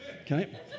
okay